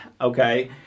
okay